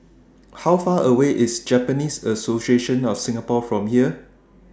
How Far away IS Japanese Association of Singapore from here